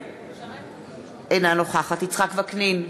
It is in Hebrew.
אינה נוכחת יצחק וקנין,